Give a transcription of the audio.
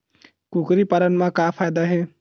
कुकरी पालन म का फ़ायदा हे?